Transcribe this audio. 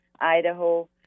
idaho